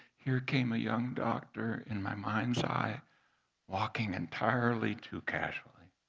here came a young doctor in my mind's eye walking entirely too casually.